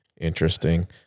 Interesting